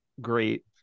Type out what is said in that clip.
great